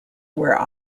were